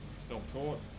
self-taught